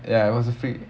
was ya it was a free